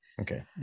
okay